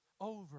Over